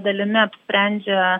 dalimi apsprendžia